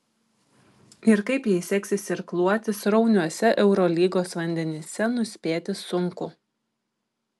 ir kaip jai seksis irkluoti srauniuose eurolygos vandenyse nuspėti sunku